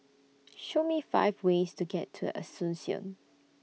Show Me five ways to get to Asuncion